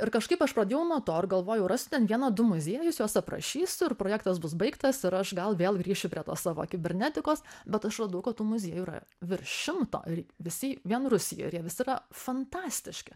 ir kažkaip aš pradėjau nuo to ir galvojau rasiu ten vieną du muziejus juos aprašysiu ir projektas bus baigtas ir aš gal vėl grįšiu prie tos savo kibernetikos bet aš radau kad tų muziejų yra virš šimto ir visi vien rusijoj ir jie visi yra fantastiški